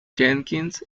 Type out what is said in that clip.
jenkins